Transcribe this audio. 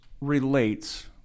relates